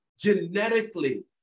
genetically